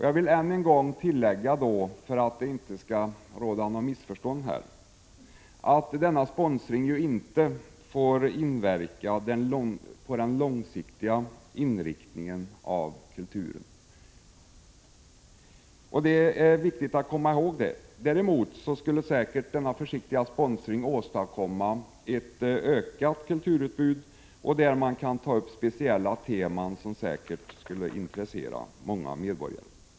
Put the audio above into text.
Jag vill än en gång tillägga, för att det inte skall uppkomma något missförstånd, att sponsringen ju inte får inverka på den långsiktiga inriktningen av kulturen. Det är viktigt att komma ihåg det. Däremot skulle försiktig sponsring kunna åstadkomma ett ökat kulturutbud, där man kan ta upp speciella teman som säkert skulle intressera många medborgare.